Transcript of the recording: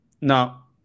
Now